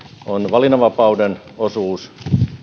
on valinnanvapauden osuus